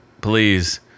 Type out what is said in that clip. Please